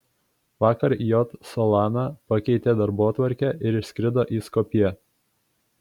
vakar j solana pakeitė darbotvarkę ir išskrido į skopję